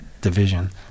division